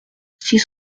six